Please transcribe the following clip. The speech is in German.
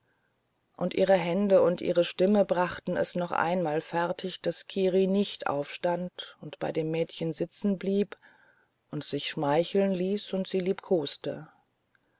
und ihre hände und ihre stimme brachten es noch einmal fertig daß kiri nicht aufstand und bei dem mädchen sitzen blieb und sich schmeicheln ließ und sie